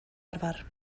arfer